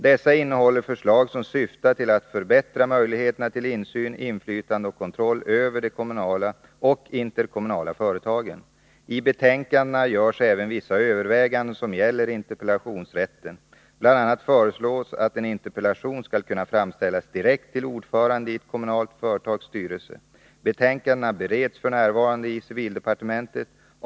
Dessa innehåller förslag som syftar till att förbättra möjligheterna till insyn, inflytande och kontroll över de kommunala och interkommunala företagen. I betänkandena görs även vissa överväganden som gäller interpellationsrätten. Bl. a. föreslås att en interpellation skall kunna framställas direkt till ordföranden i ett kommunalt företags styrelse. Betänkandena bereds f. n. i civildepartementet.